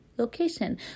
Location